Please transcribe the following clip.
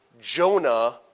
Jonah